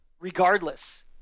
regardless